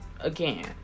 again